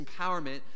empowerment